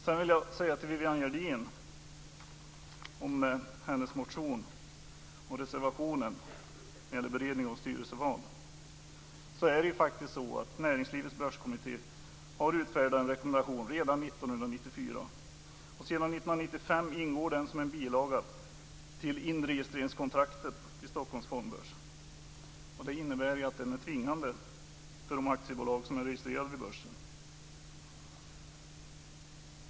Sedan vill jag säga några ord om Vivianne Gerdins motion och reservationen om beredning av styrelseval. Näringslivets börskommitté har utfärdat en rekommendation redan 1994. Sedan 1995 ingår den som en bilaga till inregistreringskontraktet vid Stockholms fondbörs. Det innebär att den är tvingande för de aktiebolag som är registrerade på börsen.